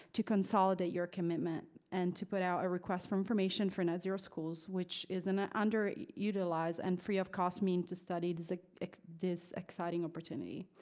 to consolidate your commitment and to put out a request for information for zero schools, which is an ah under utilized and free of cost means to study this ah this exciting opportunity.